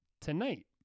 tonight